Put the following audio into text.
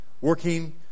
working